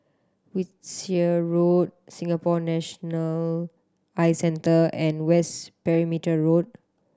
Wiltshire Road Singapore National Eye Centre and West Perimeter Road